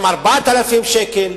4,000 שקל,